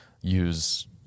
use